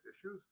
issues